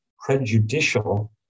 prejudicial